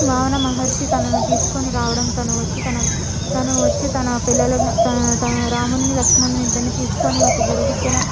వామన మహర్షి తనను తీసుకుని రావడం తను వచ్చి తను వచ్చి తన పిల్లలను తన రామునిని లక్ష్మణుడిని ఇద్దరిని తీసుకొని ఒక గురు విద్యను